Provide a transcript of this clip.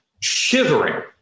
Shivering